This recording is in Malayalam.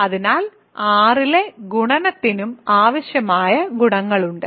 അതിനാൽ R ലെ ഗുണനത്തിനും ആവശ്യമായ ഗുണങ്ങളുണ്ട്